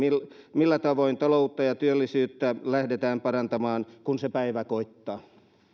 millä tavoin taloutta ja työllisyyttä lähdetään parantamaan kun se päivä koittaa